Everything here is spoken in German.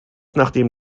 nachdem